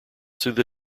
through